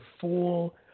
full